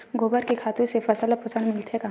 गोबर के खातु से फसल ल पोषण मिलथे का?